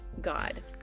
God